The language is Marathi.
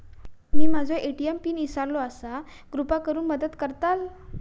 मी माझो ए.टी.एम पिन इसरलो आसा कृपा करुन मदत करताल